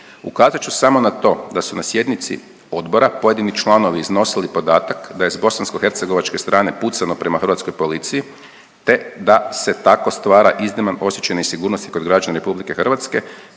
Ukazat ću samo na to da su na sjednici Odbora pojedini članovi iznosili podatak da je s bosansko-hercegovačke strane pucano prema Hrvatskoj policiji, te da se tako stvara izniman osjećaj nesigurnosti kod građana Republike Hrvatske